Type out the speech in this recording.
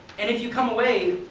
and if you come away,